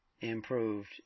improved